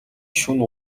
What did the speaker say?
шөнө